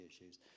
issues